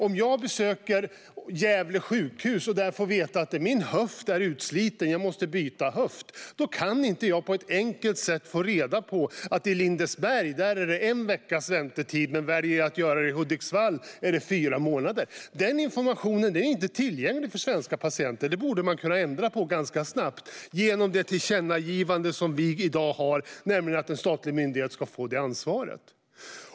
Om jag besöker Gävle sjukhus och där får veta att min höft är utsliten och att jag måste byta höft kan jag inte på ett enkelt sätt få reda på att det i Lindesberg är en veckas väntetid medan det i Hudiksvall är fyra månaders väntetid, om jag skulle välja att göra det där. Denna information är inte tillgänglig för svenska patienter. Det borde man kunna ändra på ganska snabbt genom det förslag till tillkännagivande vi har i dag om att en statlig myndighet ska få detta ansvar.